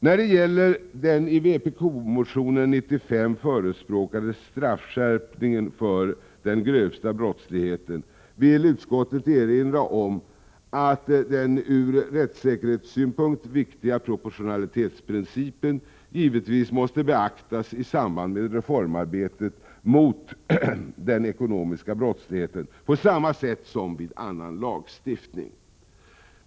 När det gäller den i motion 95 förespråkade straffskärpningen för den grövsta brottsligheten vill utskottet erinra om att den från rättssäkerhetssynpunkt viktiga proportionalitetsprincipen givetvis måste beaktas i samband med reformarbetet mot den ekonomiska brottsligheten på samma sätt som vid annan lagstiftning.